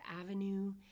avenue